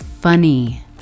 funny